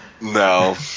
No